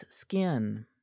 skin